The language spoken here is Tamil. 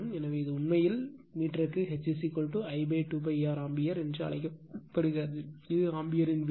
எனவே இது உண்மையில் மீட்டருக்கு H I 2 π r ஆம்பியர் என்று அழைக்கப்படுகிறது இது ஆம்பியரின் விதி